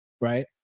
right